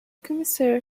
commissaire